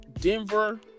Denver